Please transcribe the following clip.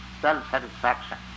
self-satisfaction